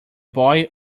boy